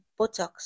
Botox